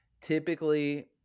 typically